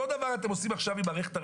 אותו דבר אתם עושים עכשיו עם מערכת הרפואה.